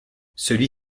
celui